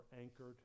anchored